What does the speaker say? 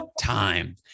time